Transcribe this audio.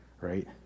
right